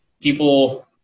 people